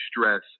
stress